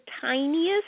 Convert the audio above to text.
tiniest